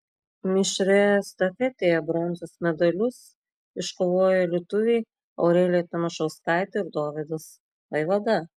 mišrioje estafetėje bronzos medalius iškovojo lietuviai aurelija tamašauskaitė ir dovydas vaivada